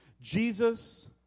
Jesus